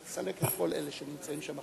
השמים"